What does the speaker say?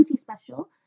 special